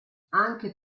anche